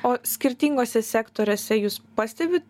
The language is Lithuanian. o skirtinguose sektoriuose jūs pastebi